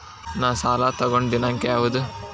ನಾ ಸಾಲ ತಗೊಂಡು ದಿನಾಂಕ ಯಾವುದು?